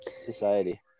Society